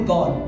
God